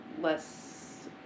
less